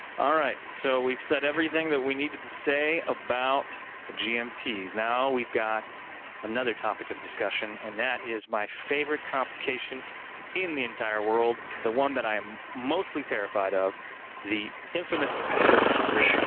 alright. so, we've said everything that we needed to say about the gmts. now, we've got another topic of discussion, and that is my favorite complication in the entire world, the one that i'm mostly terrified of the infamous perpetual calendar.